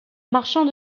marchand